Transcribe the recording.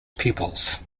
peoples